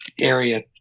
area